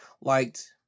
liked